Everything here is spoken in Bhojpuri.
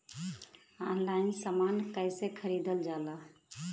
ऑनलाइन समान कैसे खरीदल जाला?